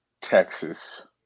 Texas